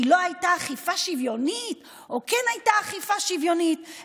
כי לא הייתה אכיפה שוויונית או כן הייתה אכיפה שוויונית?